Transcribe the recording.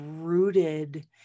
rooted